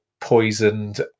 poisoned